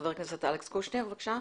חבר הכנסת אלכס קושניר, בבקשה.